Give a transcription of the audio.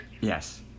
Yes